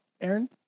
aaron